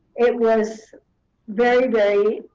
it was very, very